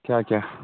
کیٛاہ کیٛاہ